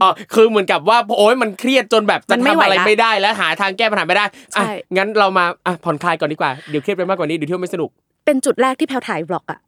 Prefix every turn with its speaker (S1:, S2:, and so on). S1: อ๋อ คือเหมือนกับว่า โอ๊ย มันเครียดจนแบบจะ
S2: มันไม่ไหวละ
S1: ทำอะไรไม่ได้แล้ว หาทางแก้ปัญหาไม่ได้อ่ะ
S2: ใช่
S1: งั้นเรามา อ่ะ ผ่อนคลายก่อนดีกว่า เดี๋ยวเครียดไปมากกว่านี้เดี๋ยวเที่ยวไม่สนุก
S2: เป็นจุดแรกที่แพรวถ่ายบล็อกอะ